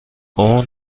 اون